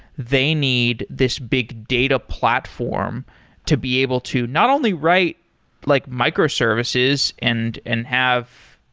they need this big data platform to be able to not only write like microservices and and have,